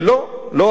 לא הכול,